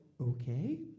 okay